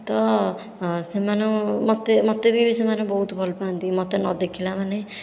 ତ ସେମାନେ ମୋତେ ମୋତେ ବି ସେମାନେ ବହୁତ ଭଲପାଆନ୍ତି ମୋତେ ନଦେଖିଲା ମାନେ